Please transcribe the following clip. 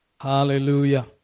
Hallelujah